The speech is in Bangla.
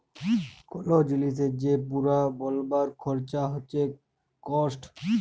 কল জিলিসের যে পুরা বলবার খরচা হচ্যে কস্ট